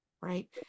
Right